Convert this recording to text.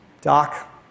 Doc